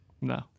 No